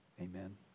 Amen